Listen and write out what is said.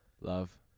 Love